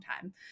time